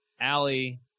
Allie